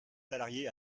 salariés